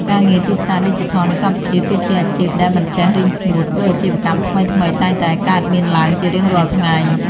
ការងារទីផ្សារឌីជីថលនៅកម្ពុជាគឺជាអាជីពដែលមិនចេះរីងស្ងួត ព្រោះអាជីវកម្មថ្មីៗតែងតែកើតមានឡើងជារៀងរាល់ថ្ងៃ។